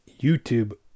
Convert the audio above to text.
YouTube